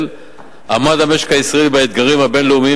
עמד המשק הישראלי באתגרים הבין-לאומיים,